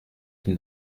qui